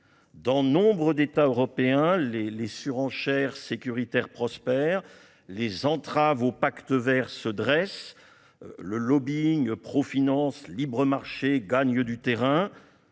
Dans nombre d'États européens, les surenchères sécuritaires prospèrent, les entraves au Pacte vert se dressent, le lobbying en faveur de la finance et du libre marché gagne du terrain,